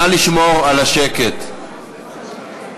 נא לשמור על השקט, תודה.